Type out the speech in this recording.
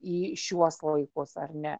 į šiuos laikus ar ne